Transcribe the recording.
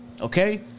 okay